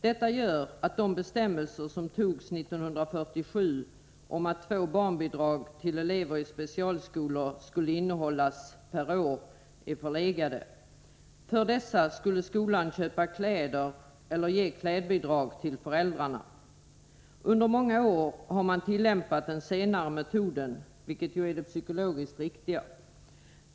Detta gör att de bestämmelser som togs 1947, om att två barnbidrag till elever i specialskolor skulle innehållas per år, är förlegade. För dessa skulle skolan köpa kläder eller ge klädbidrag till föräldrarna. Under många år har man tillämpat den senare metoden, vilket ju är det psykologiskt riktiga.